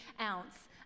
ounce